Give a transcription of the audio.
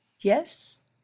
Yes